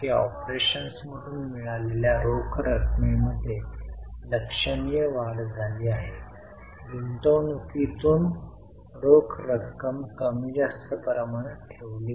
तर यासाठी आपण सुरुवातीला रोख आणि रोख समकक्ष जोडू जे 5000 रोख आणि शेवटी रोख समतुल्य 6700 आहेत